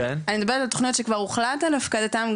אני מדברת על תוכניות שכבר הוחלט על הפקדתן,